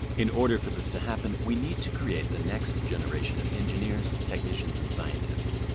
in order for this to happen, we need to create the next generation of engineers, technicians and scientists.